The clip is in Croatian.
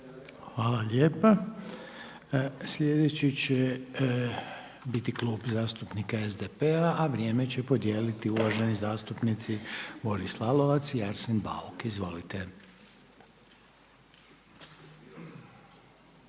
Hvala lijepa. Slijedeći će biti Klub zastupnika SDP-a, vrijeme će podijeliti uvaženi zastupnici Boris Lalovac i Arsen Bauk. Izvolite.